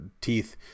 teeth